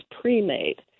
pre-made